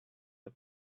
the